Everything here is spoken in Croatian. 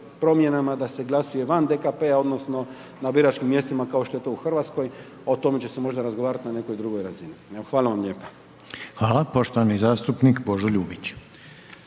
da se glasuje van DKP-a odnosno, na biračkim mjestima kao što je to u Hrvatskoj, o tome će možda razgovarati na nekoj drugoj razini. Hvala vam lijepa. **Reiner, Željko (HDZ)** Hvala. Poštovani zastupnik Božo Ljubić.